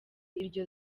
iryo